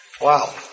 Wow